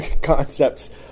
concepts